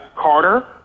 Carter